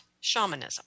shamanism